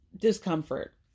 discomfort